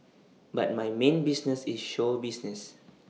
but my main business is show business